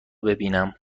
ببینم